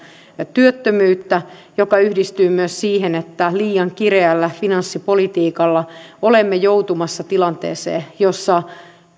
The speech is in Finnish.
työttömyyttä joka yhdistyy myös siihen että liian kireällä finanssipolitiikalla olemme joutumassa tilanteeseen jossa